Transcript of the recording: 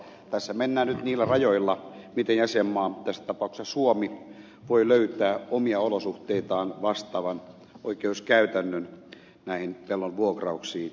tässä mennään nyt niillä rajoilla miten jäsenmaa tässä tapauksessa suomi voi löytää omia olosuhteitaan vastaavan oikeuskäytännön pellon vuokrauksiin